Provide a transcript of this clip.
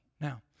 Now